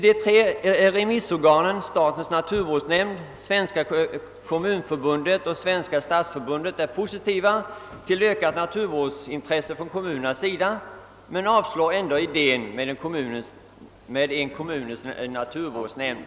De tre remissorganen, statens naturvårdsnämnd, Svenska kommunförbundet och Svenska stadsförbundet, är positivt inställda till ökad befattning med naturvårdsfrågor från kommunernas sida, men motsätter sig ändå idén med en kommunens naturvårdsnämnd.